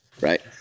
right